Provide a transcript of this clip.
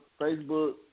Facebook